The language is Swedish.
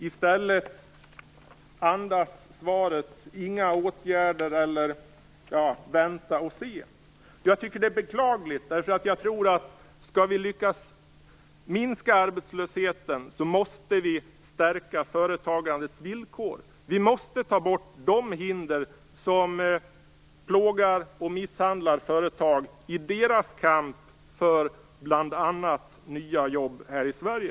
I stället andas svaret: Inga åtgärder, eller vänta och se. Jag tycker att det är beklagligt, därför att jag tror att om vi skall lyckas minska arbetslösheten så måste vi stärka företagandets villkor. Vi måste ta bort de hinder som plågar och misshandlar företag i deras kamp för bl.a. nya jobb här i Sverige.